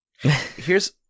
Here's-